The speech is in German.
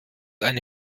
eine